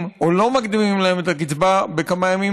או לא מקדימים להם את הקצבה בכמה ימים,